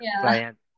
clients